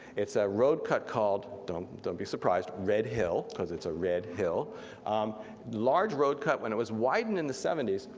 it's a road cut called, don't don't be surprised, red hill, cause it's a red hill. a large road cut and when it was widened in the seventy s,